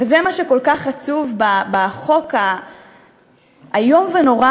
וזה מה שכל כך עצוב בחוק האיום והנורא